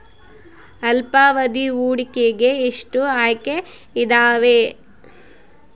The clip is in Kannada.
ಅಲ್ಪಾವಧಿ ಹೂಡಿಕೆಗೆ ಎಷ್ಟು ಆಯ್ಕೆ ಇದಾವೇ?